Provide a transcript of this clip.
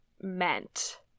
meant